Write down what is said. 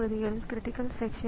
இது ஒரு சிறிய அளவு டேட்டா